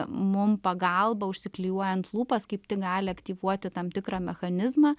mum pagalba užsiklijuojant lūpas kaip tik gali aktyvuoti tam tikrą mechanizmą